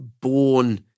born